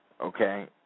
Okay